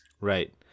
Right